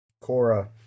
Cora